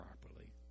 properly